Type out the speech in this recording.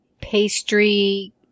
pastry